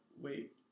wait